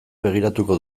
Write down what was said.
begiratuko